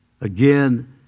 again